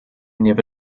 never